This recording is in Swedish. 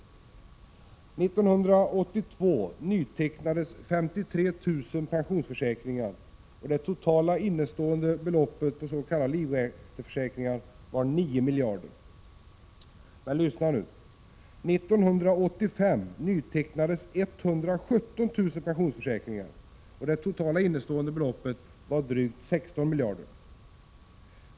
1982 nytecknades 53 000 pensionsförsäkringar. Det totala innestående beloppet på s.k. livränteförsäkringar var 9 miljarder. Men lyssna nu! 1985 nytecknades 117 000 pensionsförsäkringar, och det totala innestående beloppet var drygt 16 miljarder.